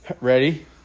Ready